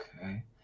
Okay